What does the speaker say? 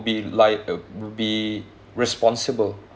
be lia~ uh would be responsible